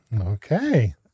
Okay